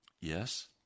yes